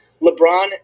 LeBron